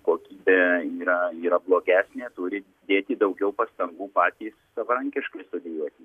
kokybė yra yra blogesnė turi dėti daugiau pastangų patys savarankiškai studijuoti